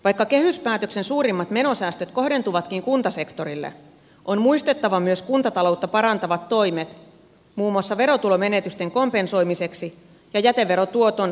vaikka kehyspäätöksen suurimmat menosäästöt kohdentuvatkin kuntasektorille on muistettava myös kuntataloutta parantavat toimet muun muassa verotulomenetysten kompensoimiseksi ja jäteveron tuoton ohjaamiseksi kunnille